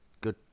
good